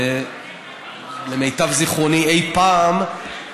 למיטב זיכרוני אי פעם,